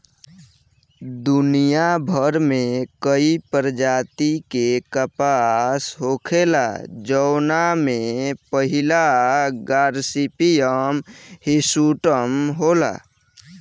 दुनियाभर में कई प्रजाति के कपास होखेला जवना में पहिला गॉसिपियम हिर्सुटम होला